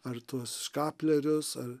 ar tuos škaplierius ar